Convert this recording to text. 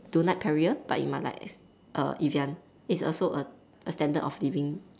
don't like perrier but you might like it's Evian it's also a standard of living